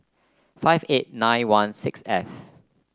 five eight nine one six F